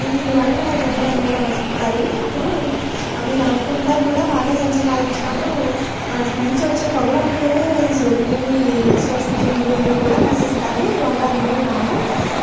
వీటి వల్ల జబ్బుల అనేవి వస్తాయి అప్పుడు అవి రాకుండా కూడా బాణసంచ కాల్చినప్పుడు వాటిలో నుంచి వచ్చే పొగ వాళ్ళు కూడా ఈ స ఇవి సూక్ష్మజీవులు ఇవి కూడా నశిస్తాయి రోగాలు అనేవి రావు